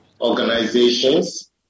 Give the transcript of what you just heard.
organizations